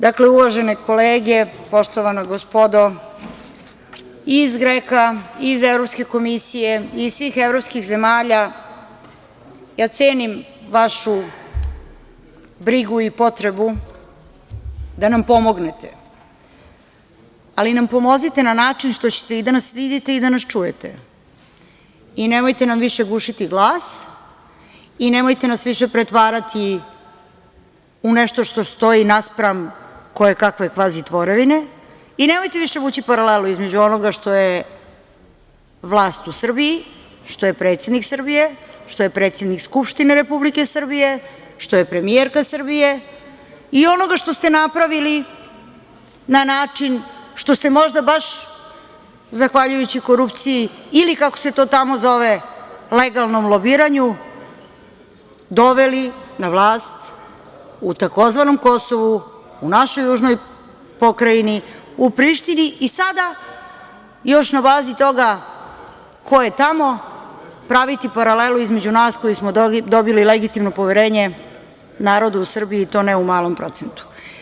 Dakle, uvažene kolege, poštovana gospodo iz GREKO-a, iz Evropske komisije i svih evropskih zemalja, ja cenim vašu brigu i potrebu da nam pomognete, ali nam pomozite na način što ćete i da nas vidite i da nas čujete, i nemojte nam više gušiti glas, i nemojte nas više pretvarati u nešto što stoji naspram koje kakve kvazi tvorevine, i nemojte više vući paralelu između onoga što je vlast u Srbiji, što je predsednik Srbije, što je predsednik Skupštine Republike Srbije, što je premijerka Srbije i onoga što ste napravili na način što ste možda baš zahvaljujući korupciji ili kako se to tamo zove legalnom lobiranju doveli na vlast u takozvanom Kosovu, u našoj južnoj pokrajini, u Prištini i sada još na bazi toga ko je tamo praviti paralelu između nas koji smo dobili legitimno poverenje narodu u Srbiji, i to ne u malom procentu.